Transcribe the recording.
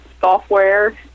software